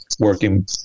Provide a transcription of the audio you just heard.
working